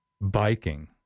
biking